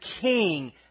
king